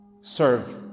Serve